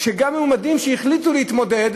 שגם מועמדים שהחליטו להתמודד